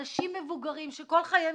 אנשים מבוגרים שכל חייהם